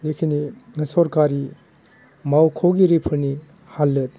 जेखिनि सरखारि मावखगिरिफोरनि हालोद